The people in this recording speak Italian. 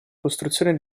costruzione